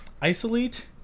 Isolate